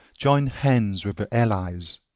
join hands with your allies.